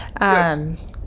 Yes